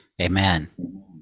Amen